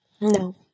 No